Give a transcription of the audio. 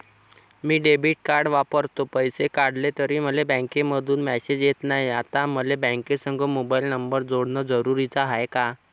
मी debit card वापरतो, पैसे काढले तरी मले बँकेमंधून मेसेज येत नाय, आता मले बँकेसंग मोबाईल नंबर जोडन जरुरीच हाय का?